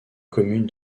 commune